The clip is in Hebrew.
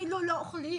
אפילו לא אוכלות,